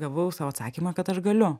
gavau sau atsakymą kad aš galiu